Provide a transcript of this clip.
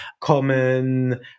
common